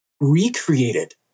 recreated